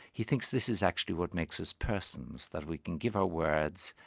he thinks this is actually what makes us persons, that we can give our words,